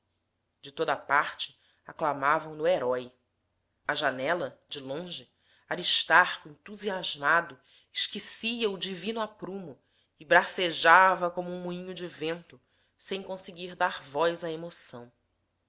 de toda parte aclamavam no herói à janela de longe aristarco entusiasmado esquecia o divino aprumo e bracejava como um moinho de vento sem conseguir dar voz à emoção